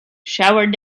showered